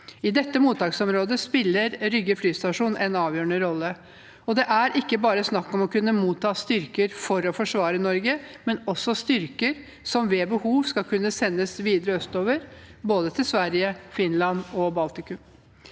I dette mottaksområdet spiller Rygge flystasjon en avgjørende rolle. Det er ikke bare snakk om å kunne motta styrker for å forsvare Norge, men også styrker som ved behov skal kunne sendes videre østover, både til Sverige, til Finland og til Baltikum.